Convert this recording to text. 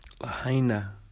Lahaina